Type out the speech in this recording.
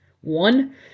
One